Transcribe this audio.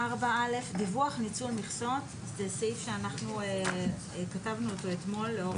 זה סעיף שאנחנו כתבנו אותו אתמול לאור ההערות.